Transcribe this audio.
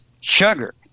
sugar